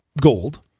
gold